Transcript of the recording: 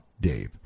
Dave